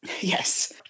Yes